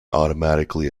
automatically